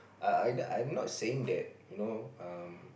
uh I I I'm not saying that you know um